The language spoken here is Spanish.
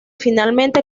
finalmente